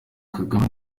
kagame